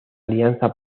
alianza